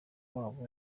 wabo